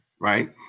right